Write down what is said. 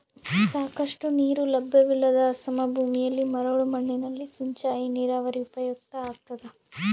ಸಾಕಷ್ಟು ನೀರು ಲಭ್ಯವಿಲ್ಲದ ಅಸಮ ಭೂಮಿಯಲ್ಲಿ ಮರಳು ಮಣ್ಣಿನಲ್ಲಿ ಸಿಂಚಾಯಿ ನೀರಾವರಿ ಉಪಯುಕ್ತ ಆಗ್ತದ